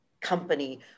company